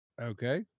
Okay